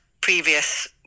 previous